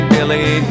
Billy